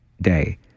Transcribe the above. day